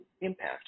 impact